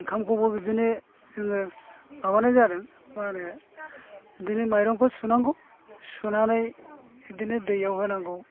ओंखामखौबो बिदिनो आङो माबानाय जादों मा होनो बिदिनो माइरंखौ सुनांगौ सुनानै बिदिनो दैयाव होनांगौ